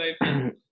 right